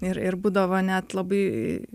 ir ir būdavo net labai